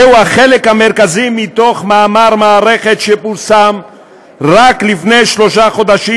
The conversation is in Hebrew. זהו החלק המרכזי במאמר מערכת שפורסם רק לפני שלושה חודשים